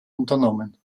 unternommen